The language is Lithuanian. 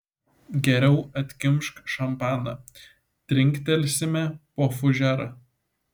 geriau atkimšk šampaną trinktelsime po fužerą